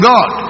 God